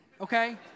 okay